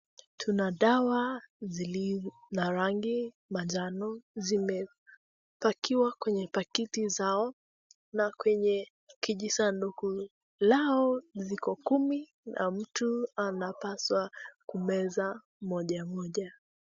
Tuna dawa zilizo na rangi manjano zimepakiwa kwenye pakiti zao na kwenye kijisanduku lao ziko kumi na mtu anapaswa kumeza mojamoja.